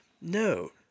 no